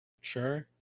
Sure